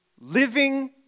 living